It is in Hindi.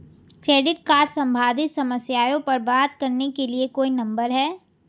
क्रेडिट कार्ड सम्बंधित समस्याओं पर बात करने के लिए कोई नंबर है?